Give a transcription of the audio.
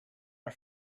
are